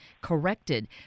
corrected